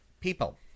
People